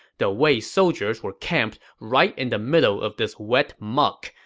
the wei soldiers were camped right in the middle of this wet muck,